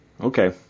Okay